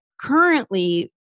currently